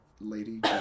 lady